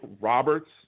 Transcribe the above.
Roberts